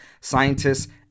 scientists